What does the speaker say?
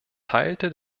teilte